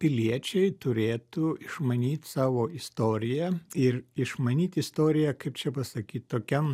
piliečiai turėtų išmanyt savo istoriją ir išmanyt istoriją kaip čia pasakyt tokiam